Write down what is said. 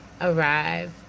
arrive